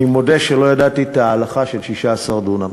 אני מודה שלא ידעתי את ההלכה של 16 דונם.